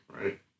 right